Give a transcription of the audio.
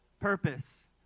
purpose